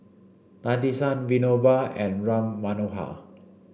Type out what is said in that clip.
Nadesan Vinoba and Ram Manohar